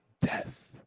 death